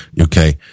okay